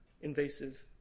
invasive